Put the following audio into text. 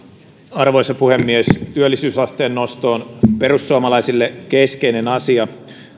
arvoisa puhemies työllisyysasteen nosto on perussuomalaisille keskeinen asia